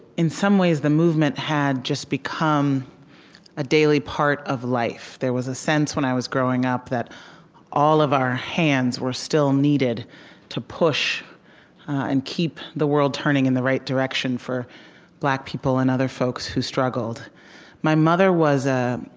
in some ways, the movement had just become a daily part of life. there was a sense, when i was growing up, that all of our hands were still needed to push and keep the world turning in the right direction for black people and other folks who struggled my mother was a